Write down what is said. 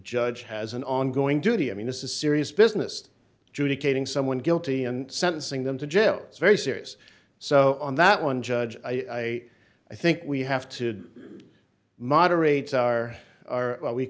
judge has an ongoing duty i mean this is serious business judy caging someone guilty and sentencing them to jail is very serious so on that one judge i i think we have to moderates are